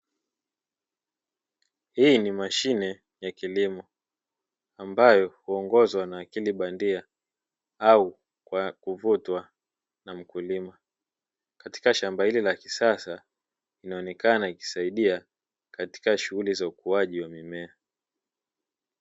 Hii ni mashine ya kilimo, ambayo huongozwa na akili bandia au kwa kuvutwa na mkulima katika shamba hili la kisasa inaonekana ikisaidia katika shughuli za ukuaji wa mimea.